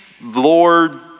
Lord